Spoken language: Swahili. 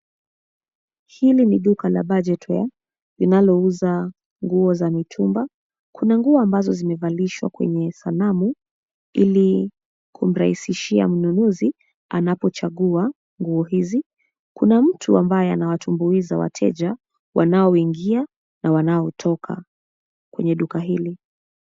Hili ni duka la Budget Wear , linalouza, nguo za mitumba, kuna nguo ambazo zimevalishwa kwenye sanamu, ili, kumrahisishia mnunuzi, anapochagua nguo hizi, kuna mtu ambaye anawatumbuiza wateja, wanaoingia na wanaotoka, kwenye duka hili.